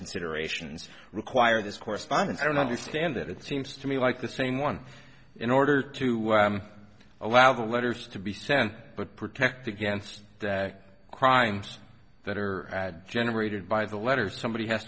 considerations require this correspondence i don't understand that it seems to me like the same one in order to allow the letters to be sent but protect against crimes that are ad generated by the letter somebody has